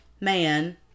man